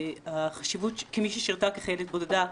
כמי ששירתה כחיילת בודדה.